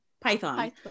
Python